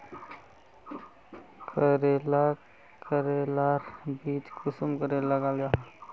करेला करेलार बीज कुंसम करे लगा जाहा?